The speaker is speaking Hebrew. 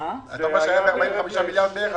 אמרת שנפדו כ-45 מיליארד שקלים.